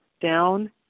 down